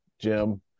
Jim